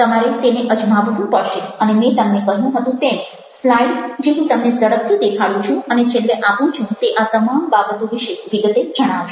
તમારે તેને અજમાવવું પડશે અને મેં તમને કહ્યું હતું તેમ સ્લાઈડ જે હું તમને ઝડપથી દેખાડું છું અને છેલ્લે આપું છું તે આ તમામ બાબતો વિશે વિગતે જણાવશે